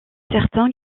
certain